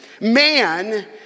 man